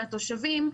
של התושבים,